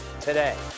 today